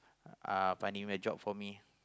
uh finding a job for me